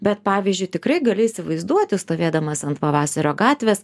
bet pavyzdžiui tikrai gali įsivaizduoti stovėdamas ant pavasario gatvės